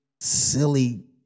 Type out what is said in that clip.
silly